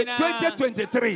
2023